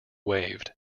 waived